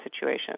situation